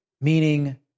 meaning